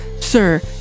sir